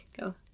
go